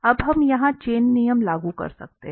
अब हम यहां चेन नियम लागू कर सकते हैं